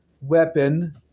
weapon